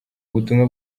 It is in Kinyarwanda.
ubutumwa